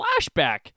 flashback